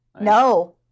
no